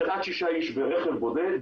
של עד שישה איש ברכב בודד.